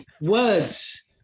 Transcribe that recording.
words